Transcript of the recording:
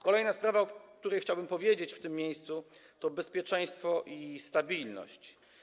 Kolejna sprawa, o której chciałbym powiedzieć w tym miejscu, dotyczy bezpieczeństwa i stabilności.